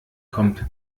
kommt